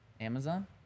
Amazon